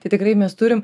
tai tikrai mes turim